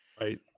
Right